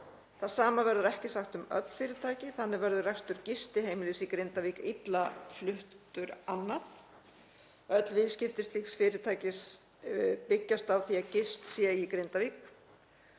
Það sama verður ekki sagt um öll fyrirtæki. Þannig verður rekstur gistiheimilis í Grindavík illa fluttur annað. Öll viðskipti slíks fyrirtækis byggjast á að gist sé í Grindavík.